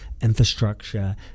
infrastructure